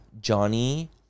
Johnny